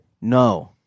No